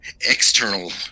External